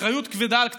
אחריות כבדה על כתפיי.